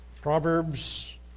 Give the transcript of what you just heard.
Proverbs